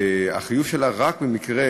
רק במקרה